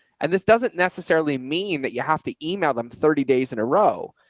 and this doesn't necessarily mean that you have to email them thirty days in a row,